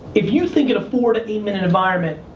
if you thinking a four to eight minute environment,